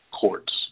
courts